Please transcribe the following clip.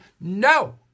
no